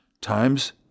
times